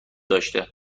داشته